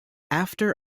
after